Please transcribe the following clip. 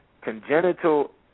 congenital